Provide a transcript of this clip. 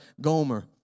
Gomer